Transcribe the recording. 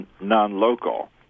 non-local